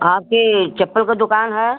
आपकी चप्पल की दुक़ान है